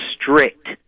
strict